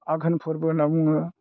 आघोन फोरबो होनना बुङो